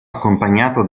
accompagnato